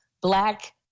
black